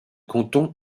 canton